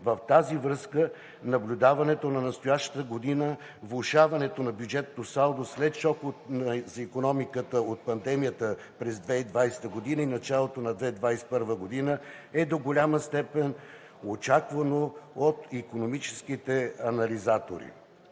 с това наблюдаването на настоящата година, влошаването на бюджетното салдо след шока за икономиката от пандемията през 2020 г. и началото на 2021 г., е до голяма степен очаквано от икономическите анализатори.